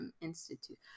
institute